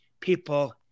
people